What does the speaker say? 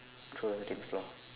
throw the floor